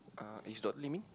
uh it's got limit